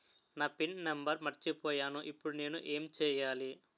నా PIN number మర్చిపోయాను ఇప్పుడు నేను ఎంచేయాలి?